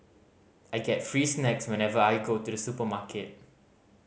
I get free snacks whenever I go to the supermarket